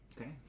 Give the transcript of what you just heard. Okay